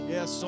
Yes